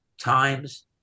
Times